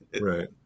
Right